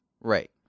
right